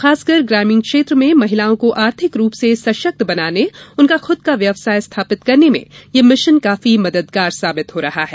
खासकर ग्रामीण क्षेत्र में महिलाओं को आर्थिक रूप से सशक्त बनाने उनका खूद का व्यवसाय स्थापित करने में यह मिशन काफी मददगार साबित हो रहा है